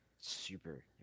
super